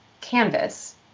canvas